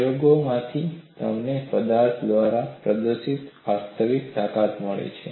પ્રયોગોમાંથી તમને પદાર્થ દ્વારા પ્રદર્શિત વાસ્તવિક તાકાત મળે છે